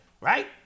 Right